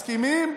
מסכימים?